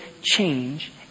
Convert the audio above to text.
change